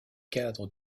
cadre